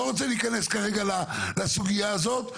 לא רוצה להיכנס כרגע לסוגיה הזאת,